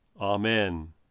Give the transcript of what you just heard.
Amen